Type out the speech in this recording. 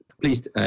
Please